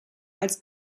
als